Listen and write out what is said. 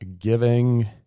giving